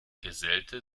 gesellte